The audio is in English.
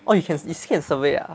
oh you can is can survey ah